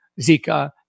Zika